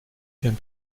deren